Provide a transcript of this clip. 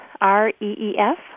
R-E-E-F